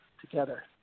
together